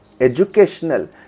educational